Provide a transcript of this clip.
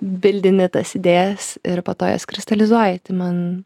bildini tas idėjas ir poto jas kristalizuoji tai man